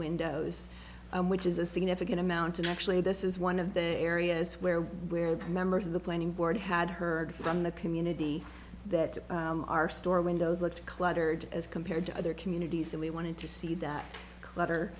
windows which is a significant amount and actually this is one of the areas where where the members of the planning board had heard from the community that our store windows looked cluttered as compared to other communities and we wanted to see that clutter